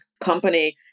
company